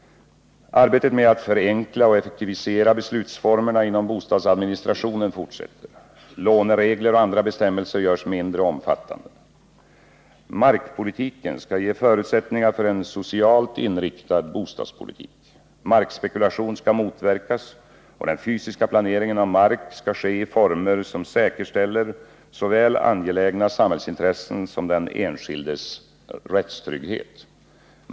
Arbetet med att förenkla och effektivisera beslutsformerna inom bostadsadministrationen fortsätter. Låneregler och andra bestämmelser görs mindre omfattande. Markpolitiken skall ge förutsättningar för en socialt inriktad bostadspolitik. Markspekulation skall motverkas, och den fysiska planeringen av mark skall ske i former som säkerställer såväl angelägna samhällsintressen som den enskildes rättstrygghet.